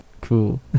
Cool